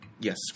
Yes